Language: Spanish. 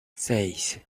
seis